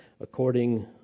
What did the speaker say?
according